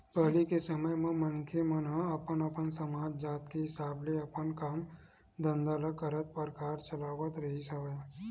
पहिली के समे म मनखे मन ह अपन अपन समाज, जात के हिसाब ले अपन काम धंधा ल करत परवार चलावत रिहिस हवय